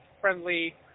friendly